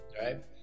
Right